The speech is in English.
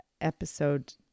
episode